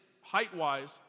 height-wise